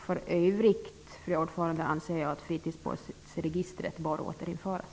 För övrigt anser jag att fritidsbåtsregistret bör återinföras.